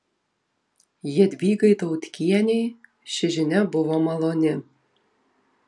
jadvygai tautkienei ši žinia buvo maloni